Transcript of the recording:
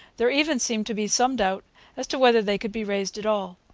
there even seemed to be some doubt as to whether they could be raised at all.